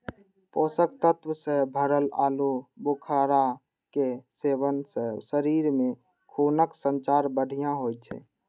पोषक तत्व सं भरल आलू बुखारा के सेवन सं शरीर मे खूनक संचार बढ़िया होइ छै